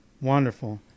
Wonderful